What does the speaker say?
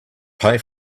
pay